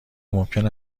ممکن